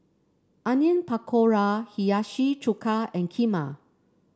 Onion Pakora Hiyashi Chuka and Kheema